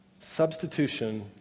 Substitution